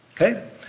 okay